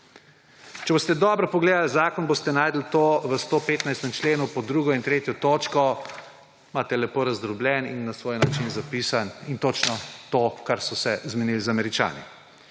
Če boste dobro pogledali zakon, boste našli to v 115. členu pod 2. in 3. točko, imate lepo razdrobljeno in na svoj način zapisano in točno to, kar so se zmenili z Američani.